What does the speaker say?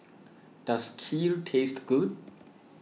does Kheer taste good